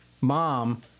Mom